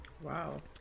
Wow